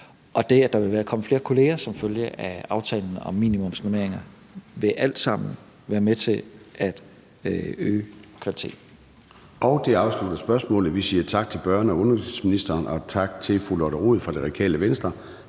og det, at der vil komme flere kolleger som følge af aftalen om minimumsnormeringer, være med til at øge kvaliteten. Kl. 13:59 Formanden (Søren Gade): Det afslutter spørgsmålet. Vi siger tak til børne- og undervisningsministeren og tak til fru Lotte Rod fra Radikale Venstre.